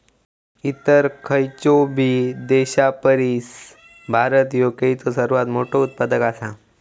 इतर खयचोबी देशापरिस भारत ह्यो केळीचो सर्वात मोठा उत्पादक आसा